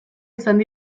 izaten